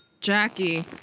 Jackie